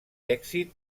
èxit